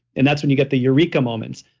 and that's when you get the eureka moments,